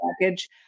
package